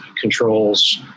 controls